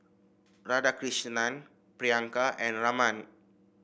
Radhakrishnan Priyanka and Raman